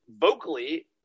vocally